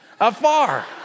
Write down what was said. afar